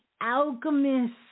alchemist